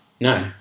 No